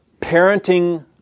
parenting